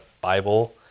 Bible